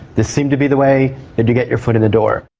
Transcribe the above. this seemed to be the way to get your foot in the door.